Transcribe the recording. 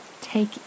Take